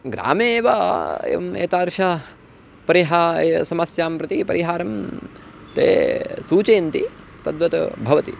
ग्रामे एव एवम् एतादृशं परिहारं समस्यां प्रति परिहारं ते सूचयन्ति तद्वत् भवति